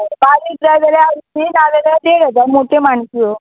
बारीक जाय जाल्यार आटशीं जाल्यार देड हजार मोट्यो माणक्यो